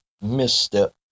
misstep